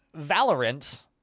Valorant